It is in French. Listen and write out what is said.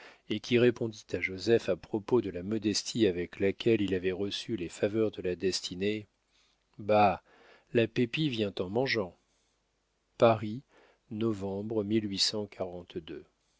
et qui répondit à joseph à propos de la modestie avec laquelle il avait reçu les faveurs de la destinée bah la pépie vient en mangeant paris novembre